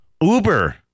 Uber